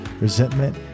resentment